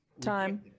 Time